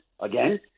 Again